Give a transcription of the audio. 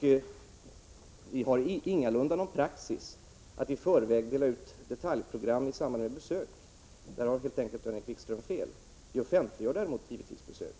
Minister Vi har ingalunda någon praxis att i förväg dela ut detaljprogram i samband med besök. På den punkten har Jan-Erik Wikström helt enkelt fel. Däremot offentliggör vi givetvis besöken.